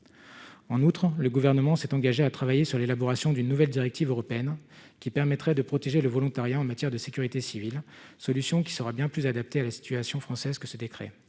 en outre, le gouvernement s'est engagé à travailler sur l'élaboration d'une nouvelle directive européenne qui permettrait de protéger le volontariat, en matière de sécurité civile, solution qui sera bien plus adapté à la situation française que ce décret